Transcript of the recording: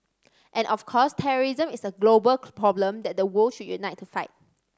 and of course terrorism is a global problem that the world should unite to fight